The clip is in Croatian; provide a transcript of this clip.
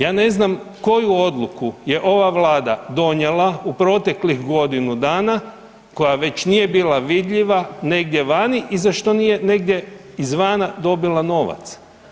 Ja ne znam koju odluku je ova Vlada donijela u proteklih godinu dana koja već nije bila vidljiva negdje vani i za što nije negdje izvana dobila novac.